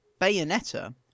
Bayonetta